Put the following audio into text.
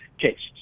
cases